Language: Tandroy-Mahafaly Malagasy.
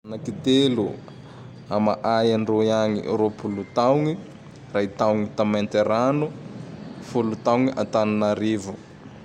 Anaky telo: ama ay Androy agny ropolo taogne, ray taogne ta Maintirano, folo taogne Antananarivo.